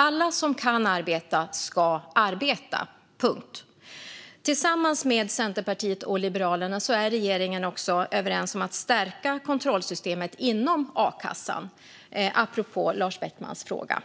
Alla som kan arbeta ska arbeta. Punkt. Tillsammans med Centerpartiet och Liberalerna är regeringen också överens om att stärka kontrollsystemet inom a-kassan, apropå Lars Beckmans fråga.